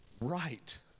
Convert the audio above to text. right